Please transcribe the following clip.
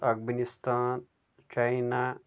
Afghanistan China